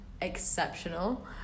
exceptional